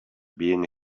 being